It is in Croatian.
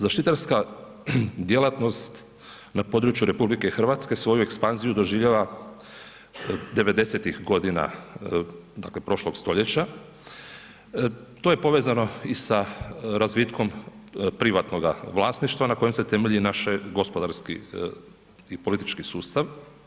Zaštitarska djelatnost na području RH svoju je ekspanziju doživjela 90-ih godina prošlog stoljeća, to je povezano i sa razvitkom privatnoga vlasništva na kojem se temelji i naše gospodarski i politički sustav.